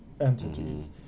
entities